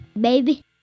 Baby